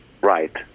right